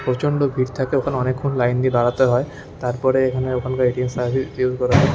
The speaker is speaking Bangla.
প্রচন্ড ভিড় থাকে ওখানে অনেকক্ষণ লাইন দিয়ে দাঁড়াতে হয় তারপরে এখানে ওখানকার এটিএমে